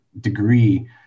degree